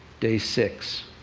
day six.